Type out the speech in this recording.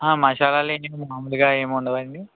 ఆ మసాలా లేనివి మాములుగా ఏమి ఉండవండి